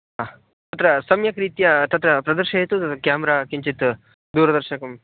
हा तत्र सम्यक् रीत्या तत्र प्रदर्शयतु तद् क्याम्रा किञ्चित् दूरदर्शकम्